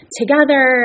together